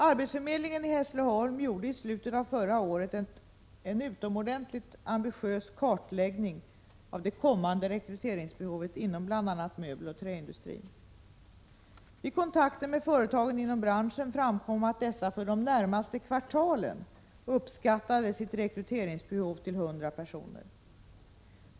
Arbetsförmedlingen i Hässleholm gjorde i slutet av förra året en utomordentligt ambitiös kartläggning av det kommande rekryteringsbehovet inom bl.a. möbeloch träindustrin. Vid kontakter med företagen inom branschen framkom att dessa för de närmaste kvartalen uppskattade sitt rekryteringsbehov till 100 personer.